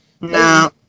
No